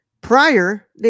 Prior